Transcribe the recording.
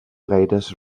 gaires